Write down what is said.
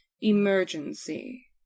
emergency